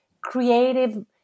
creative